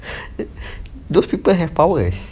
those people have powers